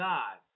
God